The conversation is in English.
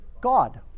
God